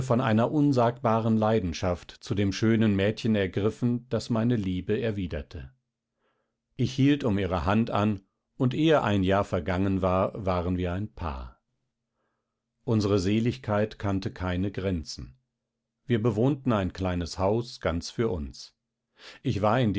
von einer unsagbaren leidenschaft zu dem schönen mädchen ergriffen das meine liebe erwiderte ich hielt um ihre hand an und ehe ein jahr vergangen war waren wir ein paar unsere seligkeit kannte keine grenzen wir bewohnten ein kleines haus ganz für uns ich war